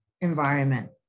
environment